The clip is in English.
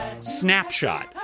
snapshot